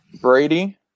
Brady